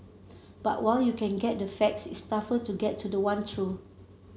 but while you can get the facts it's tougher to get to the one truth